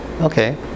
Okay